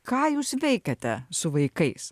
ką jūs veikiate su vaikais